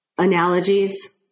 Analogies